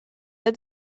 that